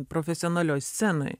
profesionalioj scenoj